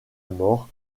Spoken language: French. mort